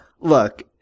Look